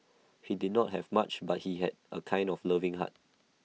he did not have much but he had A kind of loving heart